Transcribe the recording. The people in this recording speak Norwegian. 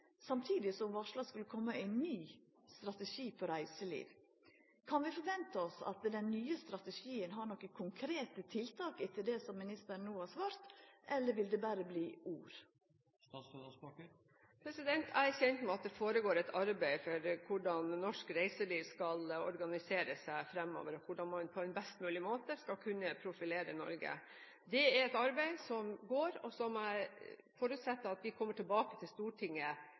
samtidig som ho varsla at det skulle koma ein ny strategi for reiselivet. Kan vi forventa at den nye strategien har nokon konkrete tiltak, etter det som ministeren no har svart, eller vil det berre verta ord? Jeg er kjent med at det foregår et arbeid med hensyn til hvordan norsk reiseliv skal organisere seg fremover og hvordan man på en best mulig måte skal kunne profilere Norge. Det er et arbeid som går, og som jeg forutsetter at vi kommer tilbake til Stortinget